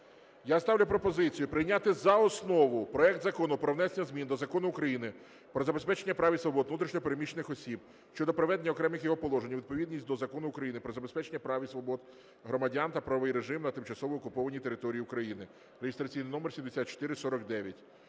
техніко-юридичними поправками проект Закону про внесення змін до Закону України "Про забезпечення прав і свобод внутрішньо переміщених осіб" щодо приведення окремих його положень у відповідність до Закону України "Про забезпечення прав і свобод громадян та правовий режим на тимчасово окупованій території України" (реєстраційний номер 7449).